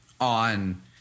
on